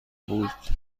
بود